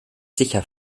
sicher